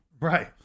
right